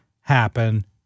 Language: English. happen